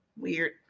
Weird